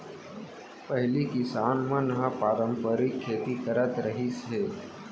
पहिली किसान मन ह पारंपरिक खेती करत रिहिस हे